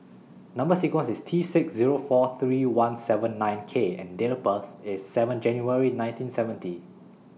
Number sequence IS T six Zero four three one seven nine K and Date of birth IS seven January nineteen seventy